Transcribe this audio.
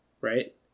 right